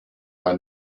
war